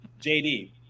JD